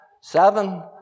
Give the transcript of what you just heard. seven